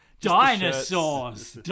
Dinosaurs